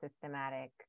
systematic